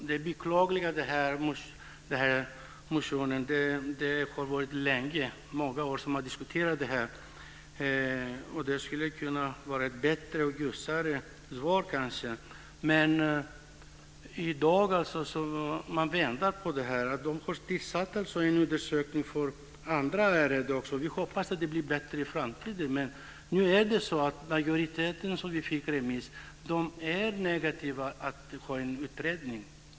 Fru talman! Det är beklagligt med den här motionen. Man har diskuterat detta länge. Det hade kanske kunnat vara ett bättre och ljusare svar, men man väntar på detta i dag. Man har tillsatt en undersökning för andra ärenden också. Vi hoppas att det blir bättre i framtiden, men nu är det så att majoriteten av de remissvar som vi fick är negativa till att göra en utredning.